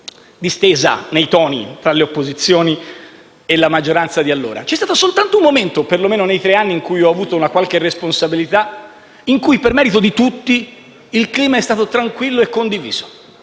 distesa nei toni tra le opposizioni e la maggioranza di allora. C'è stato soltanto un momento, perlomeno nei tre anni in cui ho avuto una qualche responsabilità in cui, per merito di tutti, il clima è stato tranquillo e condiviso.